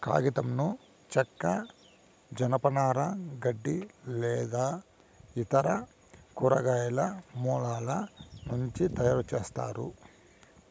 కాగితంను చెక్క, జనపనార, గడ్డి లేదా ఇతర కూరగాయల మూలాల నుంచి తయారుచేస్తారు